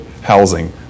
housing